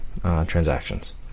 transactions